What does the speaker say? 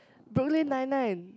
Brooklyn Nine Nine